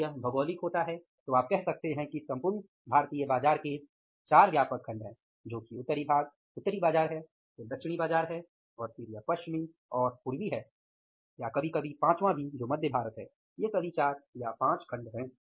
जब यह भौगोलिक होता है तो आप कह सकते हैं कि सम्पूर्ण भारतीय बाजार के चार व्यापक खंड हैं जो कि उत्तरी भाग उत्तरी बाजार है फिर दक्षिणी बाजार है और फिर यह पश्चिमी और पूर्वी है या कभी कभी पांचवां भी जो मध्य भारत है तो ये सभी चार या पाँच खंड हैं